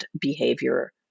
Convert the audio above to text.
behavior